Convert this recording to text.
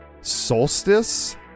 Solstice